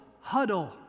huddle